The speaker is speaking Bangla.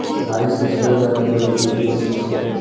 রাই শস্য হল এক পুষ্টিকর শস্য